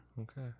okay